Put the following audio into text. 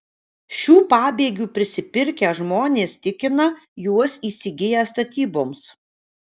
šių pabėgių prisipirkę žmonės tikina juos įsigiję statyboms